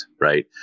Right